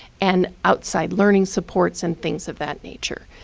and outside learning supports, and things of that nature.